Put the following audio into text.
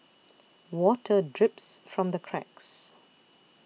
water drips from the cracks